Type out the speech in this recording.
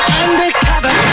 undercover